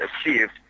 achieved